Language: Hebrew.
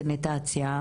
הסניטציה,